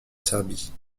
serbie